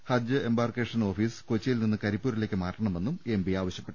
ഹജ്ജ് embarkation office കൊച്ചിയിൽ നിന്നും കരിപ്പൂരിലേക്ക് മാറ്റണമെന്നും അദ്ദേഹം ആവശ്യപ്പെട്ടു